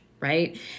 Right